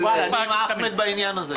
מקובל, אני עם אחמד טיבי בעניין הזה.